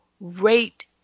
rate